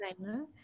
designer